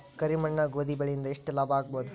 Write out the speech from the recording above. ಕರಿ ಮಣ್ಣಾಗ ಗೋಧಿ ಬೆಳಿ ಇಂದ ಎಷ್ಟ ಲಾಭ ಆಗಬಹುದ?